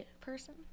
person